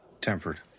Tempered